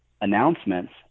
announcements